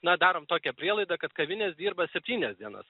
na darom tokią prielaidą kad kavinės dirba septynias dienas